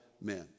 men